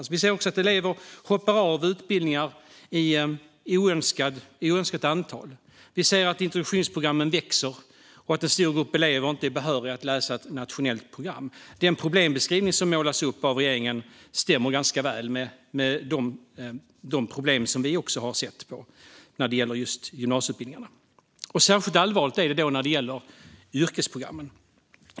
Vi ser att ett oönskat antal elever hoppar av utbildningar. Vi ser även att introduktionsprogrammen växer och att en stor grupp elever inte är behöriga att läsa ett nationellt program. Den problembeskrivning som målas upp av regeringen stämmer ganska väl med de problem som vi har sett när det gäller gymnasieutbildningarna. Särskilt allvarligt är det när det gäller yrkesprogrammen.